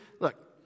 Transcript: look